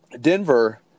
Denver